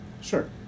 Sure